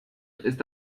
ist